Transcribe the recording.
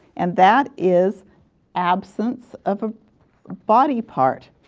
and that is absence of a body part.